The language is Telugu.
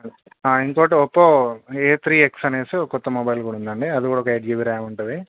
ఇంకొకటి ఒప్పో ఎయిట్ త్రీ ఎక్స్ అని ఓ కొత్త మొబైల్ కూడా ఉందండి అది కూడా ఒక ఎయిట్ జీ బీ ర్యామ్ ఉంటుంది